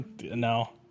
No